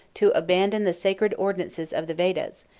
to abandon the sacred ordinances of the vedas,